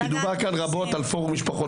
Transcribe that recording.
כי דובר כאן רבות על פורום משפחות